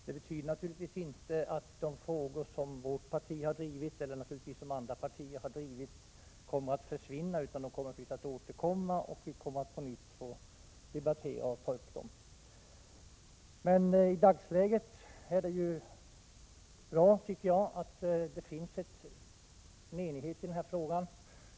Det betyder givetvis inte att de olika frågor som vårt parti eller andra partier har drivit kommer att försvinna, utan de kommer att återkomma och vi kommer att få debattera dem på nytt. I dagsläget är det bra att det finns en enighet i denna fråga.